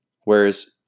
Whereas